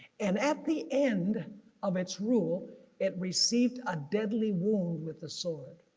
and at the end of its rule it received a deadly wound with the sword.